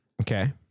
Okay